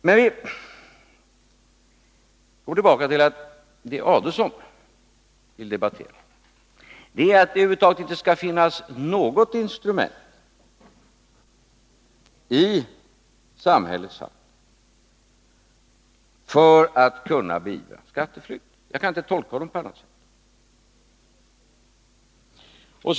Men vi går tillbaka till det som Ulf Adelsohn vill debattera, nämligen att det över huvud taget inte skall finnas något instrument i samhällets tjänst för att kunna beivra skatteflykt. Jag kan inte tolka honom på annat sätt.